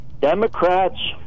Democrats